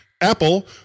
Apple